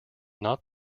not